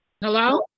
Hello